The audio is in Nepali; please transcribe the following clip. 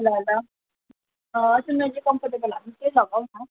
ल ल ल तिमीलाई जे कम्फर्टेबल लाग्छ त्यही लगाउ न